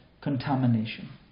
contamination